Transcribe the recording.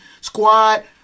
squad